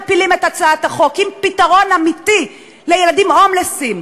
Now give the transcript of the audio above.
מפילים את הצעת החוק שיש בה פתרון אמיתי לילדים הומלסים.